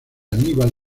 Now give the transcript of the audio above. aníbal